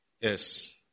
Yes